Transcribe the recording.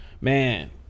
Man